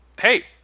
hey